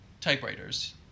typewriters